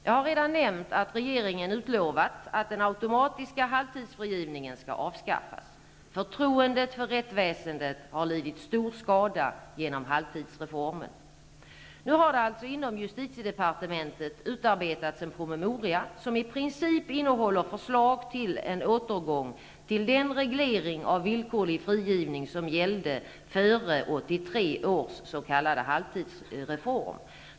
Jag har redan nämnt att regeringen utlovat att den automatiska halvtidsfrigivningen skall avskaffas. Förtroendet för rättsväsendet har lidit stor skada genom halvtidsreformen. Nu har det alltså inom justitiedepartementet utarbetats en promemoria som i princip innehåller förslag till en återgång till den reglering av villkorlig frigivning som gällde före 1983 års s.k. halvtidsreform.